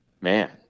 man